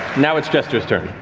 now it's jester's turn.